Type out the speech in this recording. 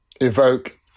evoke